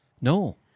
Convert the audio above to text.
No